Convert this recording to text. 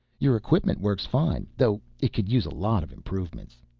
your equipment works fine, though it could use a lot of improvements.